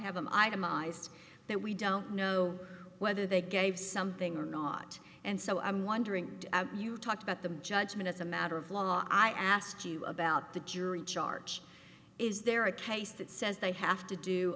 have an itemized that we don't know whether they gave something or not and so i'm wondering you talked about the judgment as a matter of law i asked you about the jury charge is there a case that says they have to do